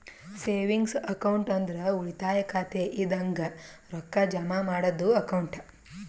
savings account ಅಂದ್ರ ಉಳಿತಾಯ ಖಾತೆ ಇದಂಗ ರೊಕ್ಕಾ ಜಮಾ ಮಾಡದ್ದು ಅಕೌಂಟ್